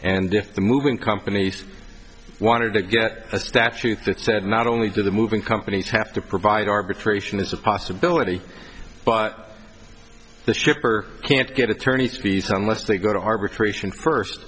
and if the moving companies wanted to get a statute that said not only do the moving companies have to provide arbitration there's a possibility but the shipper can't get attorney's fees unless they go to arbitration first